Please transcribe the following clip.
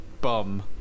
Bum